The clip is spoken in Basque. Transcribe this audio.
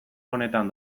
honetan